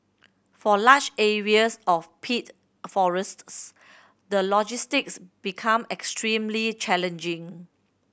for large areas of peat forests the logistics become extremely challenging